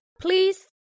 please